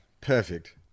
Perfect